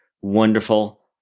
wonderful